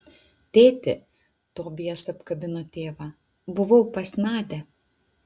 tėti tobijas apkabino tėvą buvau pas nadią